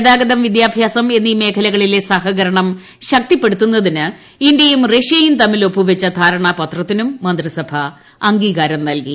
ഗതാഗതം വിദ്യാഭ്യാസം എന്നീ മേഖലകളിലെ സഹകരണം ശക്തിപ്പെടുത്തുന്നതിന് ഇന്ത്യയും റഷ്യയും തമ്മിൽ ഒപ്പുവെച്ച ധാരണാപത്രത്തിനും മന്ത്രിസഭ അംഗീകാരം നൽകി